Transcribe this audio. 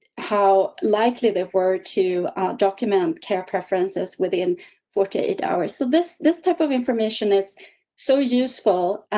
how likely they were to document care preferences within forty eight hours. so, this this type of information is so useful.